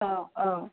औ औ